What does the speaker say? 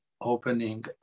opening